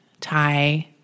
Thai